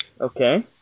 Okay